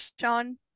Sean